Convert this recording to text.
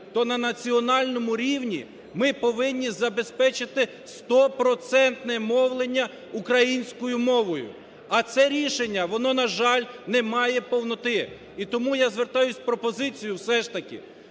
то на національному рівні ми повинні забезпечити стопроцентне мовлення українською мовою. А це рішення, воно, на жаль, не має повноти. І тому я звертаюся з пропозицією все ж таки